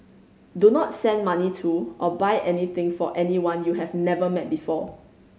do not send money to or buy anything for anyone you have never met before